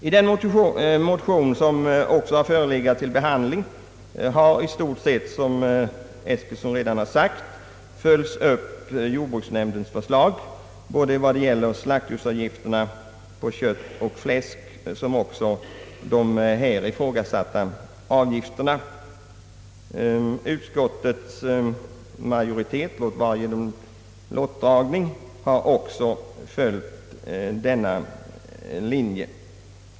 I den motion som också förelegat till behandling i utskottet har i stort sctt, som herr Eskilsson redan anfört, följts upp såväl jordbruksnämndens förslag vad gäller slaktdjursavgifterna på kött och fläsk som också frågan om användandet av här ifrågasatta införselavgifter. Utskottets majoritet — låt vara att den tillkommit genom lottdragning — har också följt denna linje.